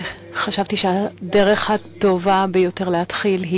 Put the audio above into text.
וחשבתי שהדרך הטובה ביותר להתחיל היא